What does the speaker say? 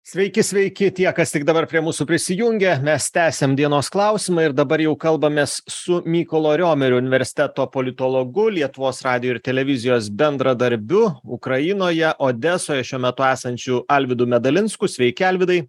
sveiki sveiki tie kas tik dabar prie mūsų prisijungia mes tęsiam dienos klausimą ir dabar jau kalbamės su mykolo riomerio universiteto politologu lietuvos radijo ir televizijos bendradarbiu ukrainoje odesoje šiuo metu esančiu alvydu medalinsku sveiki alvydai